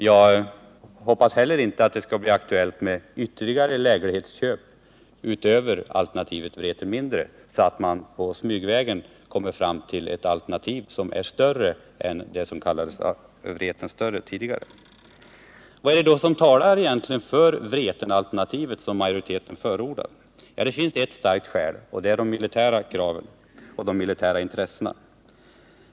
Jag hoppas också att det inte skall bli aktuellt med ytterligare läglighetsköp utöver alternativet Vreten mindre, så att man smygvägen kommer fram till ett alternativ som är större än det som tidigare kallades Vreten större. Vad är det då egentligen som talar för Vretenalternativet, som majoriteten förordar? Det finns ett starkt skäl, och det är de militära intressena.